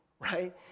right